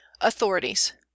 authorities